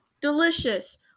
delicious